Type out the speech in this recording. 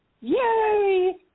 Yay